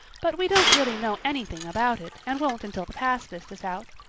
but we don't really know anything about it and won't until the pass list is out.